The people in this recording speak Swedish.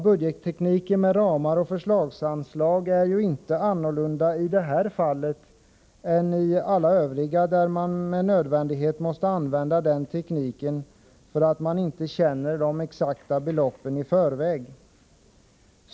Budgettekniken med ramar och förslagsanslag är inte annorlunda i det här fallet än i alla övriga fall där man med nödvändighet måste använda denna teknik för att man inte i förväg känner till de exakta beloppen.